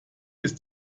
ist